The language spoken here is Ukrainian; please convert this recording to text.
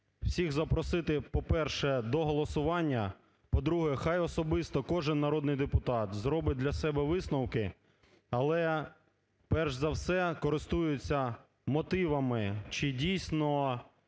всіх запросити, по-перше, до голосування. По-друге, хай особисто кожен народний депутат зробить для себе висновки, але перш за все користуються мотивами чи дійсно